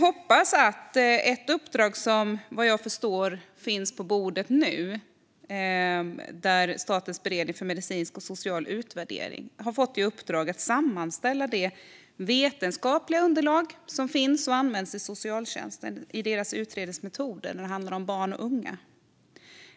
Något som, vad jag förstår, finns på bordet nu är att Statens beredning för medicinsk och social utvärdering har fått i uppdrag att sammanställa det vetenskapliga underlag som finns och används i socialtjänsten i deras utredningsmetoder när det handlar om barn och unga.